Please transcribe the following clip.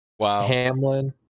Hamlin